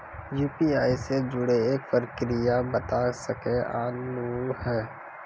UPI से जुड़े के प्रक्रिया बता सके आलू है?